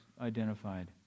identified